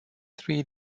three